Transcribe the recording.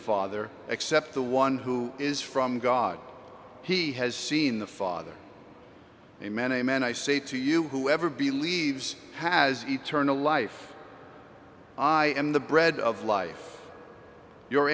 father except the one who is from god he has seen the father amen amen i say to you whoever believes has eternal life i am the bread of life your